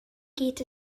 geht